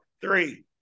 three